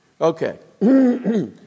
Okay